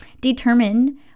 determine